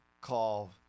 call